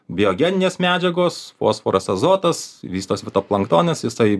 biogeninės medžiagos fosforas azotas vystos fitoplanktonas jisai